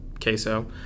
queso